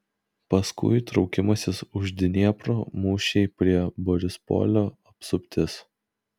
paskui traukimasis už dniepro mūšiai prie borispolio apsuptis